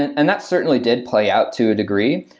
and that certainly did play out to a degree.